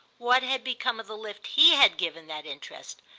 what had become of the lift he had given that interest?